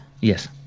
Yes